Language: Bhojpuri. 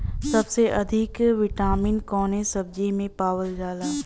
सबसे अधिक विटामिन कवने सब्जी में पावल जाला?